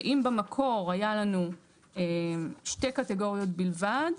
ואם במקור היה לנו שתי קטגוריות בלבד,